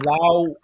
allow